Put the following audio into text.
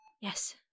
Yes